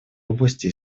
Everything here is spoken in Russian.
области